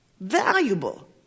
Valuable